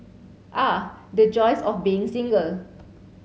ah the joys of being single